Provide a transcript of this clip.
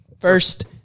first